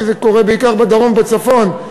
שזה קורה בעיקר בדרום ובצפון,